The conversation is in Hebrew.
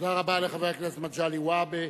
תודה רבה לחבר הכנסת מגלי והבה.